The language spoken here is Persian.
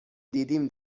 دیدیم